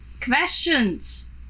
Questions